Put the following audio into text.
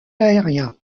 aérien